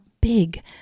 big